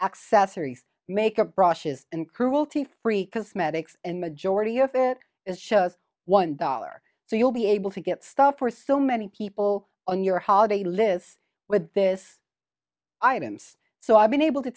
accessories maker brushes and cruelty free cosmetics and majority of it is just one dollar so you will be able to get stuff for so many people on your holiday live with this items so i've been able to